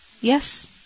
Yes